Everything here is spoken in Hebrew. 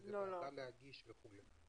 לאיזו ועדה להגיש וכולי.